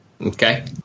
Okay